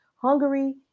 Hungary